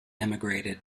emigrated